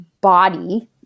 body